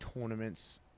tournaments